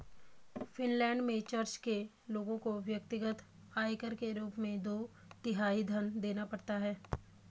Finland में church के लोगों को व्यक्तिगत आयकर के रूप में दो तिहाई धन देना पड़ता है